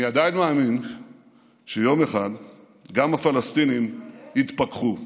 אני עדיין מאמין שיום אחד גם הפלסטינים יתפכחו.